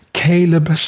caleb